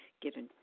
given